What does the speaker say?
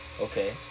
Okay